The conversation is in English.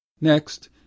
Next